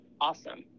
awesome